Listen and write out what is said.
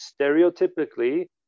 stereotypically